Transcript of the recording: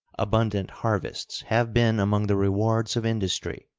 abundant harvests have been among the rewards of industry.